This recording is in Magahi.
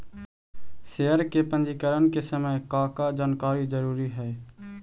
शेयर के पंजीकरण के समय का का जानकारी जरूरी हई